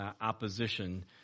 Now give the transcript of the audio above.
opposition